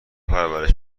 پرورش